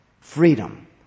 freedom